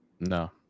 No